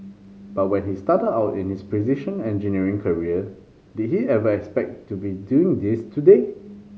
but when he started out in his precision engineering career did he ever expect to be doing this today